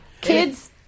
kids